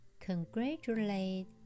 congratulate